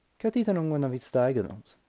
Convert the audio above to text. cut it along one of its diagonals.